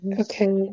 Okay